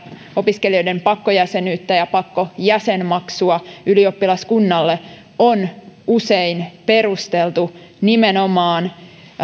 opiskelijoiden pakkojäsenyyttä ja pakkojäsenmaksua ylioppilaskunnalle on usein perusteltu nimenomaan